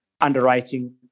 underwriting